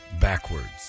backwards